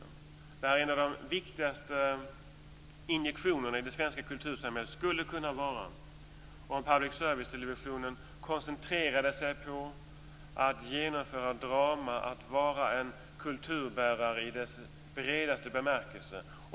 Där skulle en av de viktigaste injektionerna i det svenska kultursamhället kunna vara att public servicetelevisionen koncentrerade sig på att genomföra drama, att vara en kulturbärare i ordets bredaste bemärkelse.